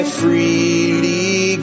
freely